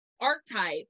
archetype